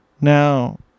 Now